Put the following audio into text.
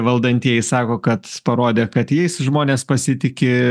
valdantieji sako kad parodė kad jais žmonės pasitiki